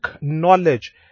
knowledge